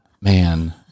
man